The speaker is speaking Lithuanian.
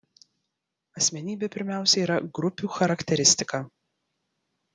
asmenybė pirmiausia yra grupių charakteristika